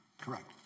Correct